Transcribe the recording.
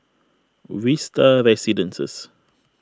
Vista Residences